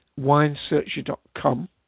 winesearcher.com